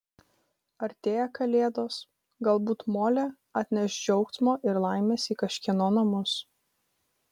artėja kalėdos galbūt molė atneš džiaugsmo ir laimės į kažkieno namus